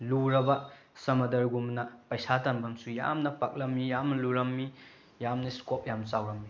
ꯂꯨꯔꯕ ꯁꯃꯨꯗ꯭ꯔꯒꯨꯝꯅ ꯄꯩꯁꯥ ꯇꯥꯟꯐꯝꯁꯨ ꯌꯥꯝꯅ ꯄꯥꯛꯂꯝꯃꯤ ꯌꯥꯝꯅ ꯂꯨꯔꯝꯃꯤ ꯌꯥꯝꯅ ꯏꯁꯀꯣꯞ ꯌꯥꯝ ꯆꯥꯎꯔꯝꯃꯤ